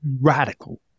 radical